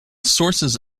sources